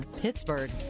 Pittsburgh